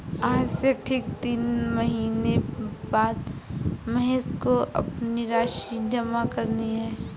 आज से ठीक तीन महीने बाद महेश को अपनी राशि जमा करनी है